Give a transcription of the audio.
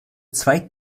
zwei